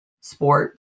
sport